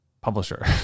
publisher